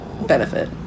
benefit